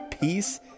peace